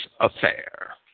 affair